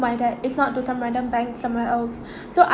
my dad is not do some random bank somewhere else so I